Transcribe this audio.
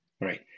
right